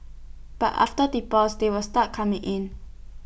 but after that pause they will start coming in